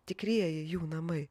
tikrieji jų namai